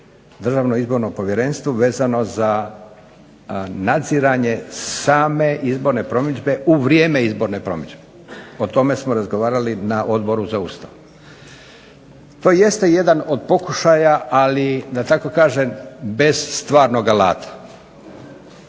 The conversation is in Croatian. Državnom izbornom povjerenstvu vezano za nadziranje same izborne promidžbe u vrijeme izborne promidžbe. O tome smo razgovarali na Odboru za Ustav. To jeste jedan od pokušaja, ali da tako kažem bez stvarnog alata,